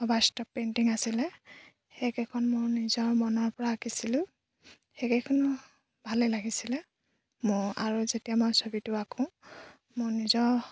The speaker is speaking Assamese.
অবাস্তৱ পেইণ্টিং আছিলে সেইকেইখন মোৰ নিজৰ মনৰ পৰা আঁকিছিলোঁ সেইকেইখনো ভালেই লাগিছিলে মোৰ আৰু যেতিয়া মই ছবিটো আঁকো মোৰ নিজৰ